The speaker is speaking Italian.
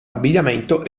abbigliamento